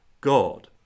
God